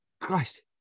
Christ